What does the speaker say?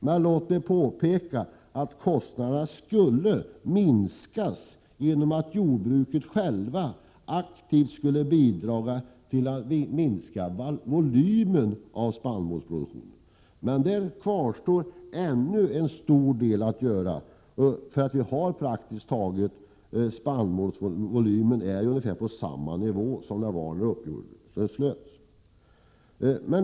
Låt mig också påpeka att kostnaderna skulle minskas genom att jordbruket självt aktivt skulle bidra till att reducera volymen av spannmålsproduktionen. Där kvarstår ännu en stor del att göra, för spannmålsvolymen är praktiskt taget på samma nivå som den var när uppgörelsen slöts.